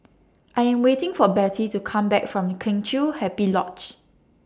I Am waiting For Bettie to Come Back from Kheng Chiu Happy Lodge